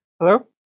Hello